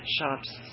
shops